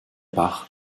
bach